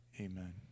amen